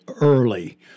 early